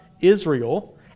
Israel